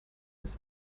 ist